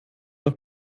auch